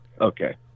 Okay